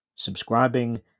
subscribing